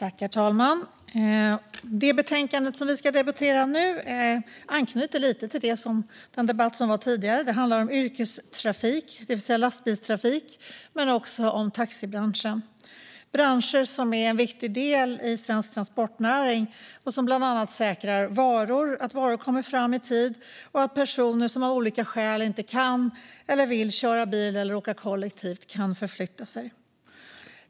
Herr talman! Det betänkande vi nu ska debattera anknyter lite till den tidigare debatten. Det handlar om yrkestrafik, det vill säga lastbilstrafik samt taxibranschen. Det är branscher som är viktiga delar i svensk transportnäring. De säkrar bland annat att varor kommer fram i tid och att personer som av olika skäl inte kan eller vill köra bil eller åka kollektivt kan förflytta sig.